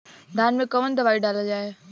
धान मे कवन दवाई डालल जाए?